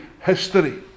history